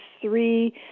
three